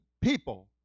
people